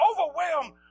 overwhelmed